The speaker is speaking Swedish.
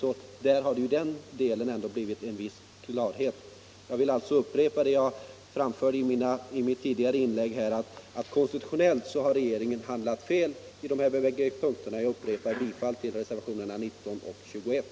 I den delen har det ändå blivit en viss klarhet. Jag vill upprepa det jag har framfört i mitt tidigare inlägg: Konstitutionellt har regeringen handlat fel när det gäller de här båda punkterna. Jag upprepar mitt yrkande om bifall till reservationerna 19 och 21.